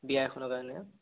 বিয়া এখনৰ কাৰণে